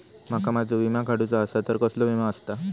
माका माझो विमा काडुचो असा तर कसलो विमा आस्ता?